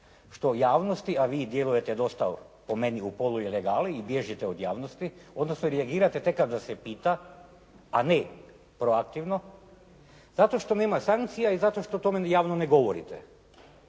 što u javnosti vi djelujete dosta po meni u poluilegali i bježite od javnosti, odnosno reagirate tek kad vas se pita, a ne proaktivno, zato što nema sankcija i zato što o tome javno ne govorite.